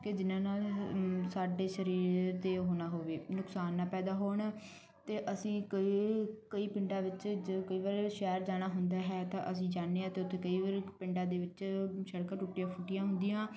ਕਿ ਜਿਨ੍ਹਾਂ ਨਾਲ ਸਾਡੇ ਸ਼ਰੀਰ ਦੇ ਉਹ ਨਾ ਹੋਵੇ ਨੁਕਸਾਨ ਨਾ ਪੈਦਾ ਹੋਣ ਅਤੇ ਅਸੀਂ ਕੋਈ ਕਈ ਪਿੰਡਾਂ ਵਿੱਚ ਜਾ ਕਈ ਵਾਰ ਸ਼ਹਿਰ ਜਾਣਾ ਹੁੰਦਾ ਹੈ ਤਾਂ ਅਸੀਂ ਚਾਹੁੰਦੇ ਹਾਂ ਅਤੇ ਉੱਥੇ ਕਈ ਵਾਰੀ ਪਿੰਡਾਂ ਦੇ ਵਿੱਚ ਸ਼ੜਕਾਂ ਟੁੱਟੀਆਂ ਫੁੱਟੀਆਂ ਹੁੰਦੀਆਂ